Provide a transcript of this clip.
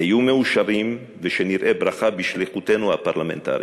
היו מאושרים ושנראה ברכה בשליחותנו הפרלמנטרית.